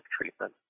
treatment